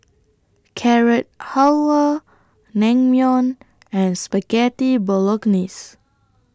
Carrot Halwa Naengmyeon and Spaghetti Bolognese